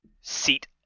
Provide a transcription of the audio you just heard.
seat